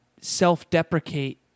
self-deprecate